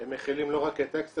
הם מכילים לא רק אקסטזי,